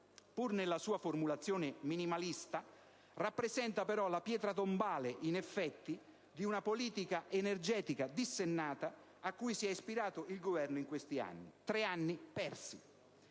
pur nella sua formulazione minimalista, rappresenta, però, la pietra tombale di una politica energetica dissennata a cui si è ispirato il Governo in questi anni: tre anni persi.